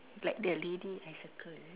like the lady I circle is it